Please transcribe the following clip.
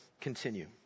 continue